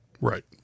Right